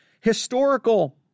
historical